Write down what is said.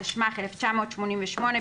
התשמ"ח-1988,